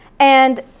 and,